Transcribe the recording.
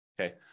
Okay